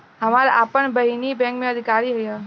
हमार आपन बहिनीई बैक में अधिकारी हिअ